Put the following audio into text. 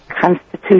constitution